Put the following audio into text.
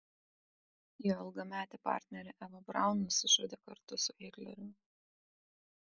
jo ilgametė partnerė eva braun nusižudė kartu su hitleriu